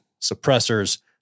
suppressors